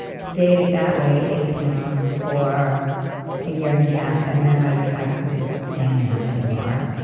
stayed at that weight, eighty pounds for a year and a half, and then i i couldn't stand that anymore.